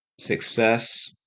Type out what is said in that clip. success